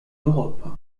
europe